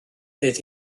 fydd